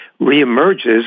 reemerges